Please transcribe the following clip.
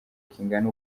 kingana